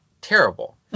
terrible